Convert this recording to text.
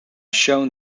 shown